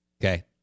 Okay